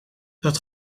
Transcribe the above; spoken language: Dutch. dat